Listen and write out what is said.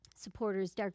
Supporters